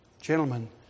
Gentlemen